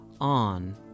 On